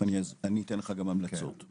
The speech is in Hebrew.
אני גם אתן לך המלצות תכף.